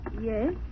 Yes